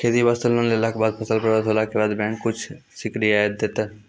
खेती वास्ते लोन लेला के बाद फसल बर्बाद होला के बाद बैंक कुछ रियायत देतै?